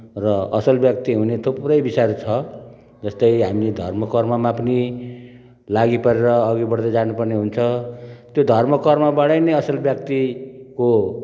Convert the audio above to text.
र असल व्यक्ति हुने थुप्रै विषयहरू छ जस्तै हामीले धर्म कर्ममा पनि लागिपरेर अघि बढ्दै जानुपर्ने हुन्छ त्यो धर्म कर्मबाटै नै असल व्यक्तिको